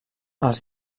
els